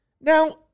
Now